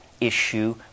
issue